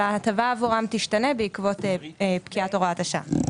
אלה ההטבה עבורם תשתנה בעקבות פקיעת הוראת השעה.